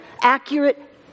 accurate